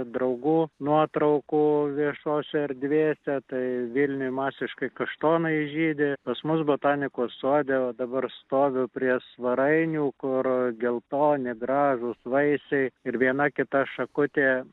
draugų nuotraukų viešose erdvėse tai vilniuj masiškai kaštonai žydi pas mus botanikos sode va dabar stoviu prie svarainių kur geltoni gražūs vaisiai ir viena kita šakutė